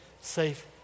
safe